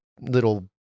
little